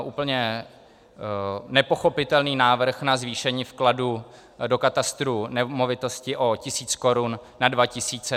Úplně nepochopitelný návrh na zvýšení vkladu do katastru nemovitostí o tisíc korun na dva tisíce.